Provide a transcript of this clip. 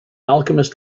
alchemist